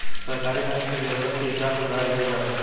सहकारी बैंक से जरूरत के हिसाब से उधार लिहल जा सकेला